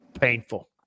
painful